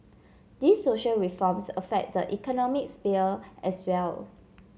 these social reforms affect the economic sphere as well